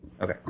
Okay